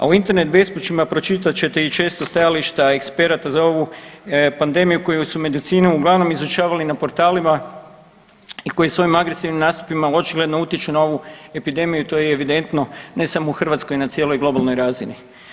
A u Internet … pročitat ćete i često stajališta eksperata za ovu pandemiju koju su medicinu uglavnom izučavali na portalima i koji svojim agresivnim nastupima očigledno utječu na ovu epidemiju i to je evidentno ne samo u Hrvatskoj, na cijeloj globalnoj razini.